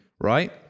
right